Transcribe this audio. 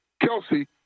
Kelsey